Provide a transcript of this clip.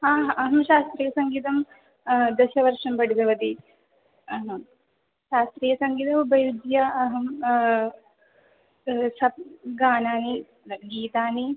हा अहं शास्त्रीयसङ्गीतं दशवर्षं पठितवती शास्त्रीयसङ्गीतम् उपयुज्य अहं गानानि गीतानि